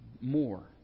more